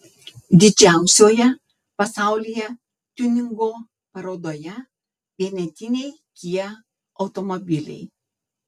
didžiausioje pasaulyje tiuningo parodoje vienetiniai kia automobiliai